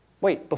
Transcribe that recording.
wait